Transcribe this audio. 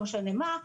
לא משנה מה,